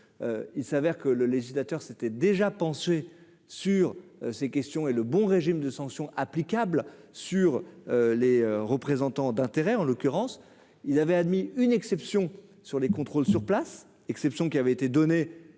il s'avère que le législateur s'était déjà penché sur ces questions et le bon régime de sanctions applicables sur les représentants d'intérêts, en l'occurrence il avait admis une exception sur les contrôles sur place, exception qui avaient été données à la Haute